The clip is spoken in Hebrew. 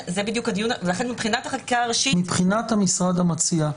מבחינת החקיקה הראשית --- מבחינת המשרד המציע,